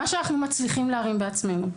מה שאנחנו מצליחים להרים בעצמנו.